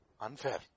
Unfair